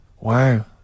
Wow